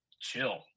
chill